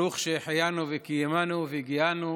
ברוך שהחיינו וקיימנו והגיענו